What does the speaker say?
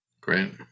Great